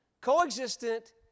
co-existent